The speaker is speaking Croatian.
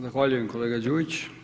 Zahvaljujem kolega Đujić.